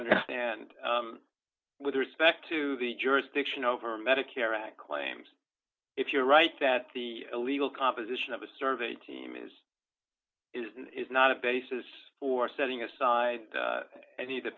understand with respect to the jurisdiction over medicare act claims if you're right that the illegal composition of a survey team is is and is not a basis for setting aside any of the